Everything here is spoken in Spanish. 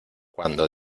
cuando